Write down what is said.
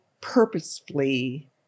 purposefully